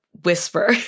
Whisper